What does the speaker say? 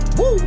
Woo